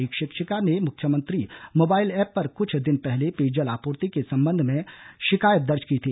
एक शिक्षिक ने मुख्यमंत्री मोबाइल एप पर कुछ दिन पहले पेयजल आपूर्ति के संबंध में शिकायत दर्ज की थी